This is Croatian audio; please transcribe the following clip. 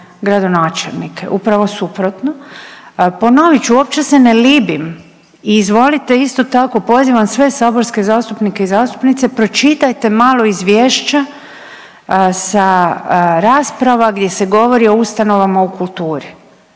gradonačelnike, upravo suprotno. Ponovit ću, uopće se ne libim i izvolite isto tako, pozivam sve saborske zastupnike i zastupnice pročitajte malo izvješća sa rasprava gdje se govori o ustanovama o kulturu.